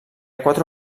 quatre